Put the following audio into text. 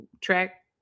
track